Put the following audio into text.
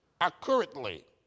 accurately